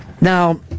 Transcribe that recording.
Now